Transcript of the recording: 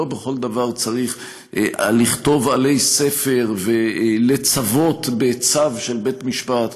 לא בכל דבר צריך לכתוב עלי ספר ולצוות בצו של בית משפט.